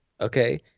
okay